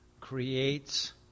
creates